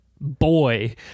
boy